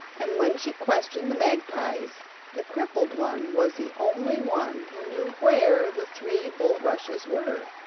and when she questioned the magpies the crippled one was the only one who knew where the three bulrushes were.